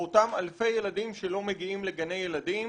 ואותם אלפי ילדים שלא מגיעים לגני ילדים,